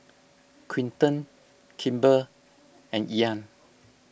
Quinton Kimber and Ean